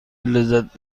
لذت